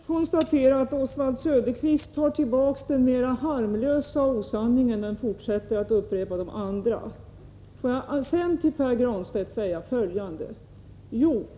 Herr talman! Får jag först konstatera att Oswald Söderqvist tar tillbaks den mera harmlösa osanningen, men fortsätter att upprepa de andra. Till Pär Granstedt vill jag säga följande.